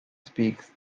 speaks